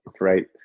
right